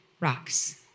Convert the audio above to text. rocks